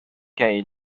can